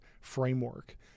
framework